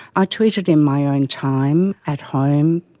i tweeted in my own time, at home,